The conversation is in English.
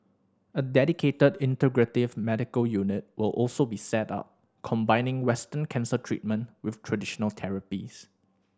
a dedicated integrative medical unit will also be set up combining Western cancer treatment with traditional therapies